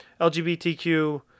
LGBTQ